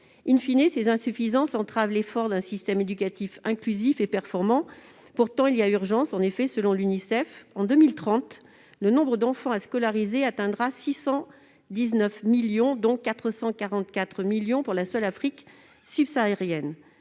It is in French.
urbains., ces insuffisances entravent l'effort d'un système éducatif inclusif et performant. Pourtant, il y a urgence. En effet, selon l'Unicef, en 2030, le nombre d'enfants à scolariser atteindra 619 millions, dont 444 millions pour la seule Afrique subsaharienne.